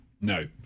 No